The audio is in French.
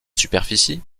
superficie